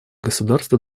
государства